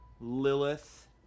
Lilith